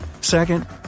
Second